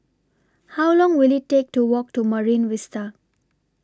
How Long Will IT Take to Walk to Marine Vista